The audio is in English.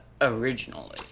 originally